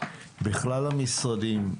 בכלל המשרדים,